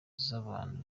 z’abantu